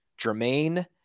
Jermaine